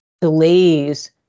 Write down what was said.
delays